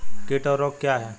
कीट और रोग क्या हैं?